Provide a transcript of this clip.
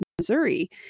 Missouri